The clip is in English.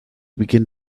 begin